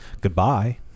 Goodbye